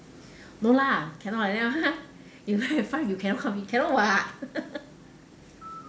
no lah cannot like that [one] ha you cannot you cannot [what]